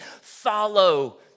Follow